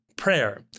Prayer